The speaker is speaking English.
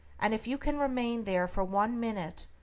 and if you can remain there for one minute,